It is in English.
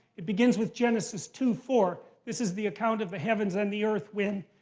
it begins with genesis two four. this is the account of the heavens and the earth when,